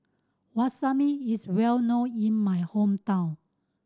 wasabi is well known in my hometown